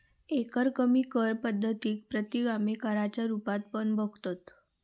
एकरकमी कर पद्धतीक प्रतिगामी कराच्या रुपात पण बघतत